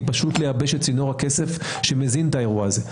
זה פשוט לייבש את צינור הכסף שמזין את האירוע הזה.